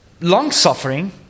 long-suffering